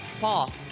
Paul